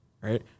right